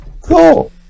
Cool